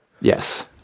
Yes